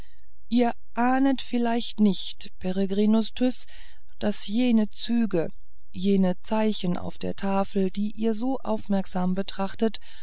ihr ahnet vielleicht nicht peregrinus tyß daß jene züge jene zeichen auf der tafel die ihr so aufmerksam betrachtet